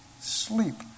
sleep